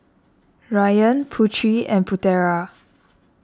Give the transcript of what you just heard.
Ryan Putri and Putera